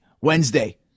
wednesday